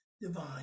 divine